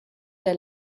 der